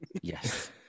Yes